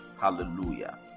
hallelujah